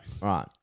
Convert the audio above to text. Right